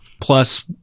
plus